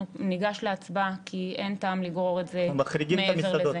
ניגש להצבעה כי אין טעם לגרור את זה מעבר לזה.